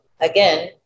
Again